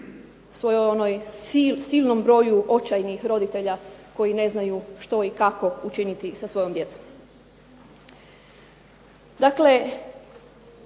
svoj onoj, silnom broju očajnih roditelja koji ne znaju što i kako učiniti sa svojom djecom. Dakle,